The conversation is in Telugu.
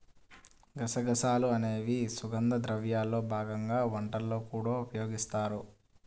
గసగసాలు అనేవి సుగంధ ద్రవ్యాల్లో భాగంగా వంటల్లో కూడా ఉపయోగిస్తారు